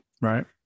Right